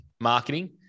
marketing